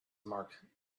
marked